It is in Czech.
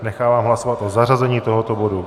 Nechávám hlasovat o zařazení tohoto bodu.